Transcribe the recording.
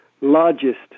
largest